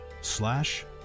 slash